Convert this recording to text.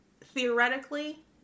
Theoretically